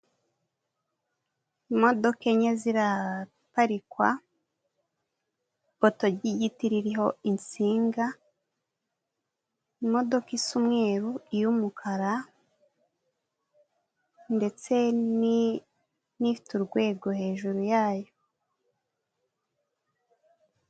Imodoka enye ziraparikwa, ipoto ry'igiti ririho insinga, imodoka isa n'umweru, iy'umukara ndetse n'ifite urwego hejuru yayo.